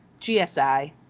GSI